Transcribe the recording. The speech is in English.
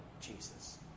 Jesus